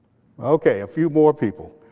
ok, a few more people.